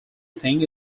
thing